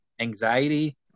anxiety